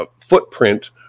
footprint